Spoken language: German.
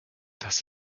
das